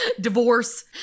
divorce